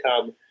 come